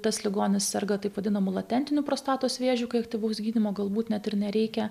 tas ligonis serga taip vadinamu latentiniu prostatos vėžiu kai aktyvaus gydymo galbūt net ir nereikia